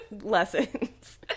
lessons